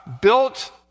built